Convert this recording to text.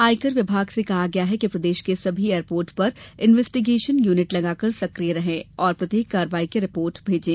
आयकर विभाग से कहा गया कि प्रदेश के सभी एयरपोर्ट पर इन्वेस्टिगेशन यूनिट लगातार सक्रिय रहें और प्रत्येक कार्यवाही की रिपोर्ट भेजें